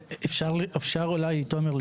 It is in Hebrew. אפשר אולי תומר,